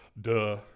Duh